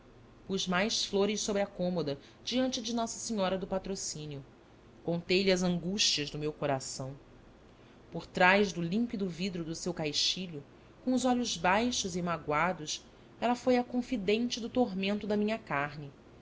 pus mais flores sobre a cômoda diante de nossa senhora do patrocínio contei-lhe as angustias do meu coração por trás do límpido vidro do seu caixilho com os olhos baixos e magoados ela foi a confidente do tormento da minha carne